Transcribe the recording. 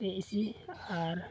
ᱯᱮ ᱤᱥᱤ ᱟᱨ